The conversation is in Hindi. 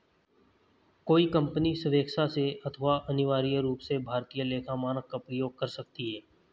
कोई कंपनी स्वेक्षा से अथवा अनिवार्य रूप से भारतीय लेखा मानक का प्रयोग कर सकती है